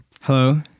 hello